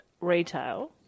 retail